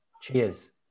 Cheers